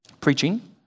preaching